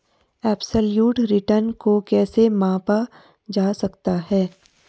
Absolute return को कैसे मापा जा सकता है?